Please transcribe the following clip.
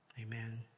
Amen